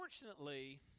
unfortunately